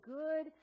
good